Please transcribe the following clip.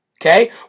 Okay